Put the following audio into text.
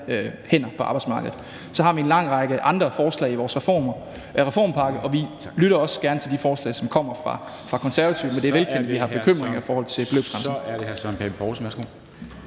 hænder på arbejdsmarkedet. Så har vi en lang række andre forslag i vores reformpakke, og vi lytter også gerne til de forslag, der kommer fra Konservative, men det er velkendt, at vi har bekymringer i forhold til beløbsgrænsen.